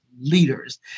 leaders